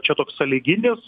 čia toks sąlyginis